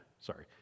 Sorry